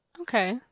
Okay